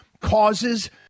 causes